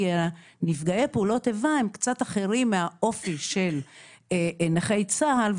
כי נפגעי פעולת איבה הם קצת אחרים מהאופי של נכי צה"ל.